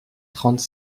trente